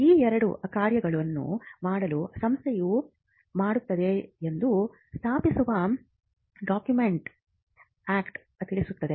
ಈ ಎರಡು ಕಾರ್ಯಗಳನ್ನು ಮಾಡಲು ಸಂಸ್ಥೆಯು ಮಾಡುತ್ತದೆ ಎಂದು ಸ್ಥಾಪಿಸುವ ಡಾಕ್ಯುಮೆಂಟ್ ಆಕ್ಟ್ ತಿಳಿಸುತ್ತದೆ